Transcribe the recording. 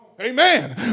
Amen